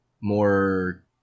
more